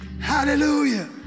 Hallelujah